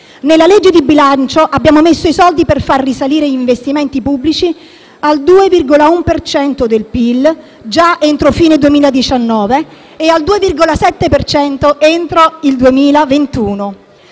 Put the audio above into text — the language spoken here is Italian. Nella legge di bilancio abbiamo messo i soldi per far risalire gli investimenti pubblici al 2,1 per cento del PIL già entro fine 2019 e al 2,7 per cento entro il 2021.